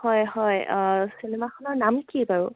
হয় হয় চিনেমাখনৰ নাম কি বাৰু